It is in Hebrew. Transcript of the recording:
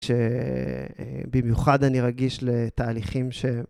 שבמיוחד אני רגיש לתהליכים ש...